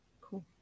cool